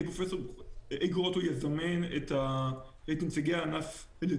ופרופ' גרוטו יזמן את נציגי הענף לדיון.